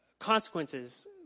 consequences